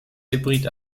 hybrid